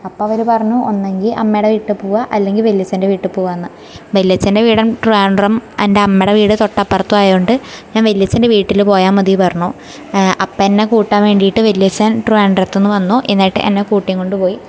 അപ്പം അവർ പറഞ്ഞു ഒന്നെങ്കിൽ അമ്മേടെ വീട്ടി പോവാൻ അല്ലെങ്കിൽ വല്യച്ഛൻ്റെ വീട്ടിൽ പോവ്വാന്ന് വല്യച്ഛൻ്റെ വീട് ട്രിവാൻഡ്രം എൻറ്റമ്മടെ വീട് തൊട്ടപ്പറത്തും ആയോണ്ട് ഞാൻ വല്യച്ഛൻ്റെ വീട്ടിൽ പോയാൽ മതീ പറഞ്ഞു അപ്പന്നെ കൂട്ടാൻ വേണ്ടീട്ട് വല്യച്ഛൻ ട്രിവാൻഡ്രത്ത്ന്ന് വന്നു എന്നിട്ട് എന്നെ കൂട്ടീംക്കൊണ്ട് പോയി